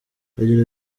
agira